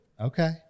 Okay